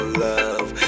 love